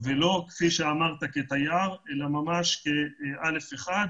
ולא כפי שאמרת, כתיירים אלא ממש באשרה א/1.